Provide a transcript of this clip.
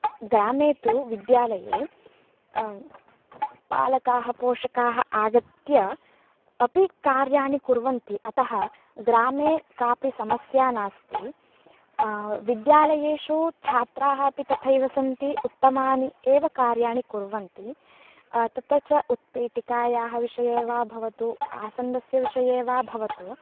ग्रामे तु विद्यालये पालकाः पोषकाः आगत्य अपि कार्याणि कुर्वन्ति अतः ग्रामे कापि समस्या नास्ति विद्यालयेषु छात्राः अपि तथैव सन्ति उत्तमानि एव कार्याणि कुर्वन्ति तत्र च उत्पीठिकायाः विषये वा भवतु आसन्दस्य विषये वा भवतु